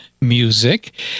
music